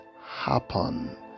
happen